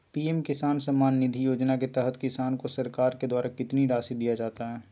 PM किसान सम्मान निधि योजना के तहत किसान को सरकार के द्वारा कितना रासि दिया जाता है?